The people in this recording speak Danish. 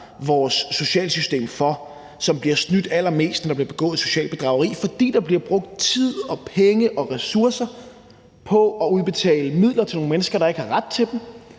vores socialsystem for, som bliver snydt allermest, når der begås socialt bedrageri, fordi der bliver brugt tid og penge og ressourcer på at udbetale midler til mennesker, der ikke har ret til dem.